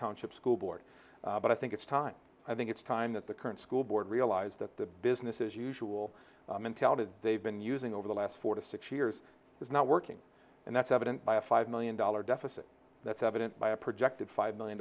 township school board but i think it's time i think it's time that the current school board realize that the business as usual mentality that they've been using over the last four to six years is not working and that's evident by a five million dollars deficit that's evident by a projected five million